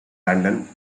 london